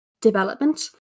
development